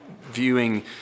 viewing